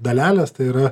dalelės tai yra